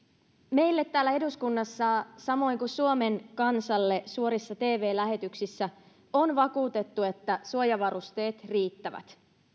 meille täällä eduskunnassa samoin kuin suomen kansalle suorissa tv lähetyksissä on vakuutettu että suojavarusteet riittävät